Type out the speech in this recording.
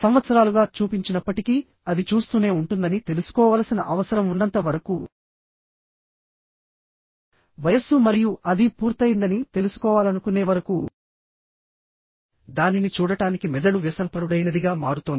సంవత్సరాలుగా చూపించినప్పటికీ అది చూస్తూనే ఉంటుందని తెలుసుకోవలసిన అవసరం ఉన్నంత వరకు వయస్సు మరియు అది పూర్తయిందని తెలుసుకోవాలనుకునే వరకు దానిని చూడటానికి మెదడు వ్యసనపరుడైనదిగా మారుతోంది